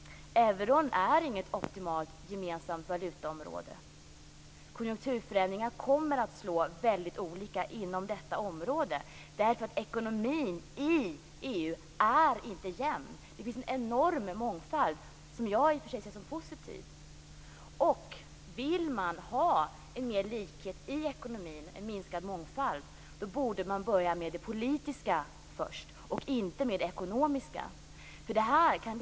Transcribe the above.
Euroområdet är inget optimalt gemensant valutaområde. Konjunkturförändringar kommer att slå väldigt olika inom detta område, därför att ekonomin i EU inte är jämn. Det finns en enorm mångfald, som jag i och för sig ser som positiv. Vill man ha en större likhet och en minskad mångfald i ekonomin, borde man börja med det politiska, inte med det ekonomiska.